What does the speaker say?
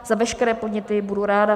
Za veškeré podněty budu ráda.